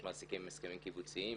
יש מעסיקים עם הסכמים קיבוציים,